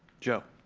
joe.